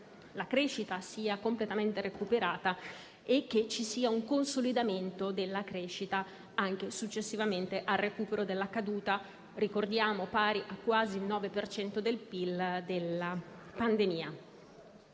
la crescita sia completamente recuperata e che ci sia un consolidamento della crescita anche successivamente al recupero della caduta (ricordiamo pari a quasi il 9 per cento del